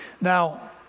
Now